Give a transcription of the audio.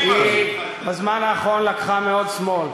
נכון מאוד.